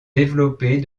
développer